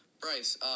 Bryce